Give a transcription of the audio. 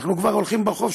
אנחנו כבר הולכים ברחוב,